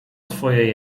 swoje